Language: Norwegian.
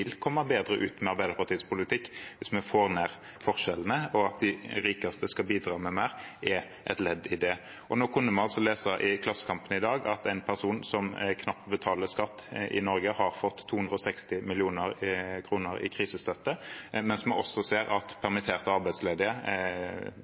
komme bedre ut med Arbeiderpartiets politikk – hvis vi får ned forskjellene. At de rikeste skal bidra med mer, er et ledd i det. Nå kunne man lese i Klassekampen i dag at en person som knapt betaler skatt i Norge, har fått 260 mill. kr i krisestøtte, mens vi ser at permitterte arbeidsledige, som